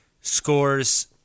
scores